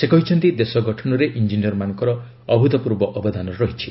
ସେ କହିଛନ୍ତି ଦେଶ ଗଠନରେ ଇଞ୍ଜିନିରମାନଙ୍କର ଅଭୁତପୂର୍ବ ଅବଦାନ ରହିଛି